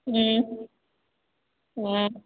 ꯎꯝ ꯎꯝ